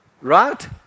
Right